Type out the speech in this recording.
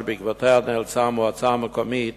שבעקבותיה נאלצה המועצה המקומית